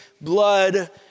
blood